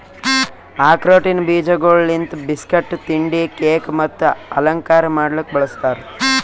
ಆಕ್ರೋಟಿನ ಬೀಜಗೊಳ್ ಲಿಂತ್ ಬಿಸ್ಕಟ್, ತಿಂಡಿ, ಕೇಕ್ ಮತ್ತ ಅಲಂಕಾರ ಮಾಡ್ಲುಕ್ ಬಳ್ಸತಾರ್